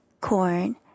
corn